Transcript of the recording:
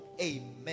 amen